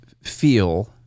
feel